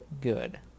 good